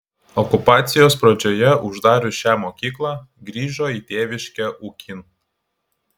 okupacijos pradžioje uždarius šią mokyklą grįžo į tėviškę ūkin